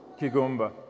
Kigumba